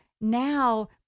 now